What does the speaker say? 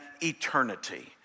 eternity